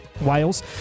Wales